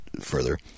further